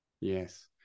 Yes